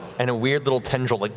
and a weird little tendril like